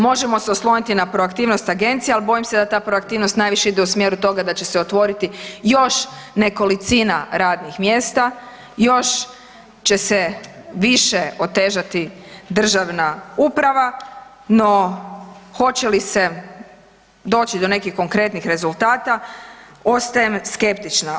Možemo se osloniti na proaktivnost agencije, ali bojim se da ta proaktivnost najviše ide u smjeru toga da će se otvoriti još nekolicina radnih mjesta, još će se više otežati državna uprava no hoće li se doći do nekih konkretnih rezultata ostajem skeptična.